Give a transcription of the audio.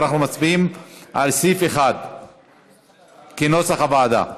אנחנו מצביעים על סעיף 1 כנוסח הוועדה.